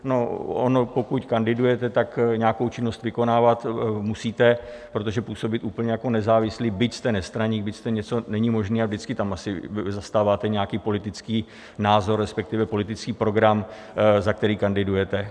No, ono pokud kandidujete, tak nějakou činnost vykonávat musíte, protože působit úplně jako nezávislý, byť jste nestraník, byť jste něco, není možné a vždycky tam asi zastáváte nějaký politický názor, respektive politický program, za který kandidujete.